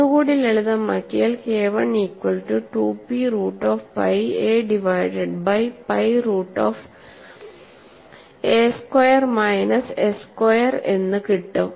ഒന്ന് കൂടി ലളിതമാക്കിയാൽ K I equal to 2P root of pi a divided by pi root of a square minus s square എന്ന് കിട്ടും